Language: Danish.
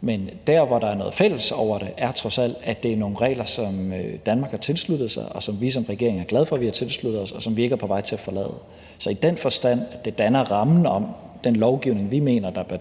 men der, hvor der er noget fælles over det, er trods alt, at det er nogle regler, som Danmark har tilsluttet sig, og som vi som regering er glade for at vi har tilsluttet os, og som vi ikke er på vej til at forlade. Så i den forstand, at det danner rammen om den lovgivning, vi mener bør